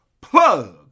plug